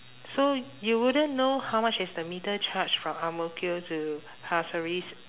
so you wouldn't know how much is the meter charge from ang mo kio to pasir ris